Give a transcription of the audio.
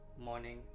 morning